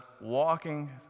walking